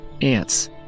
ANTS